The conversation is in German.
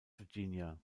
virginia